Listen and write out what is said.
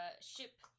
ship